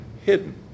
hidden